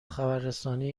خبررسانی